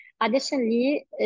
Additionally